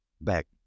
back